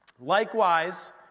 Likewise